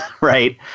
right